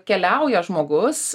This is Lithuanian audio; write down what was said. keliauja žmogus